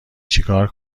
چیکار